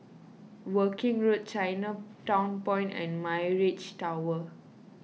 Woking Road Chinatown Point and Mirage Tower